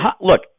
look